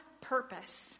purpose